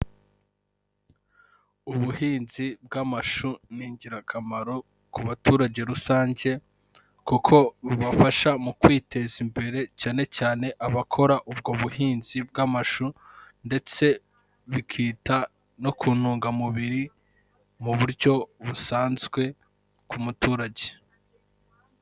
Ubuhinzi bw'amashu ni ingirakamaro ku baturage rusange, kuko bubafasha mu kwiteza imbere, cyane cyane abakora ubwo buhinzi bw'amashu, ndetse bikita no ku ntungamubiri mu buryo busanzwe ku muturage.